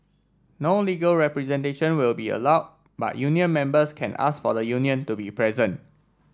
no legal representation will be allowed but union members can ask for the union to be present